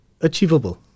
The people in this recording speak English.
achievable